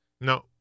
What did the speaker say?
No